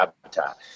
habitat